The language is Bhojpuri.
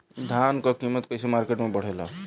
धान क कीमत कईसे मार्केट में बड़ेला?